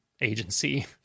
agency